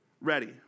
ready